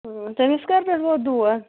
تٔمِس کَر پٮ۪ٹھ اوس دود